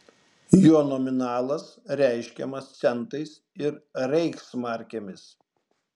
jo nominalas reiškiamas centais ir reichsmarkėmis